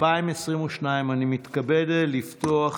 אני מתכבד לפתוח